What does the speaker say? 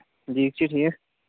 دیٖچہِ چھِ ٹھیٖک